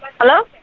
Hello